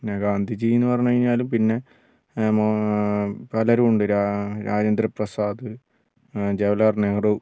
പിന്നെ ഗാന്ധിജീന്ന് പറഞ്ഞ് കഴിഞ്ഞാൽ പിന്നെ മോ പലരുമുണ്ട് രാ രാജേന്ദ്ര പ്രസാദ് ജവഹർലാൽ നെഹ്റു